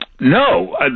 No